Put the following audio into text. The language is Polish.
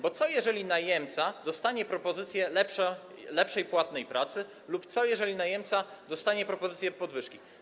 Bo co, jeżeli najemca dostanie propozycję lepiej płatnej pracy lub jeżeli najemca dostanie propozycję podwyżki?